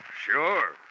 Sure